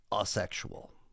asexual